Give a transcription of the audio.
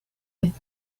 with